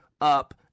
up